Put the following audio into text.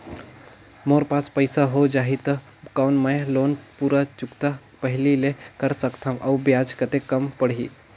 मोर पास पईसा हो जाही त कौन मैं लोन पूरा चुकता पहली ले कर सकथव अउ ब्याज कतेक कम पड़ही?